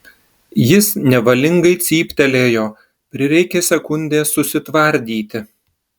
jis nevalingai cyptelėjo prireikė sekundės susitvardyti